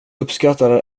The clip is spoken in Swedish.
uppskattar